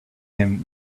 him